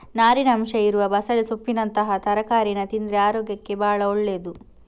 ನಾರಿನ ಅಂಶ ಇರುವ ಬಸಳೆ ಸೊಪ್ಪಿನಂತಹ ತರಕಾರೀನ ತಿಂದ್ರೆ ಅರೋಗ್ಯಕ್ಕೆ ಭಾಳ ಒಳ್ಳೇದು